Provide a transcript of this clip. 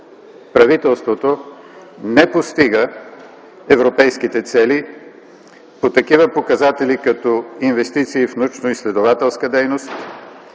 правителството не постига европейските цели по такива показатели като „Инвестиции в научно-изследователска дейност”,